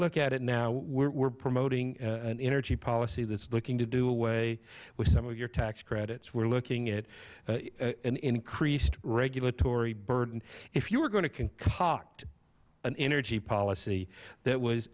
look at it now we're promoting an energy policy that's looking to do away with some of your tax credits we're looking at an increased regulatory burden if you were going to concoct an energy policy that was